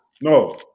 no